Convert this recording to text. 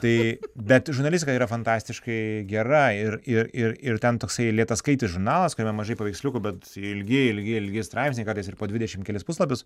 tai bet žurnalistika yra fantastiškai gera ir ir ir ir ten toksai lėtaskaitis žurnalas kuriame mažai paveiksliukų bet ilgi ilgi ilgi straipsniai kartais ir po dvidešim kelis puslapius